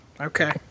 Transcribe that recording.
Okay